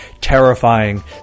terrifying